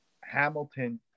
Hamilton –